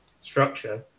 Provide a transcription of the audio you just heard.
structure